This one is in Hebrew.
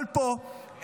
אבל פה,